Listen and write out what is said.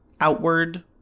outward